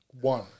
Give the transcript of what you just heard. one